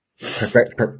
Perfect